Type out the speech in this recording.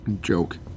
Joke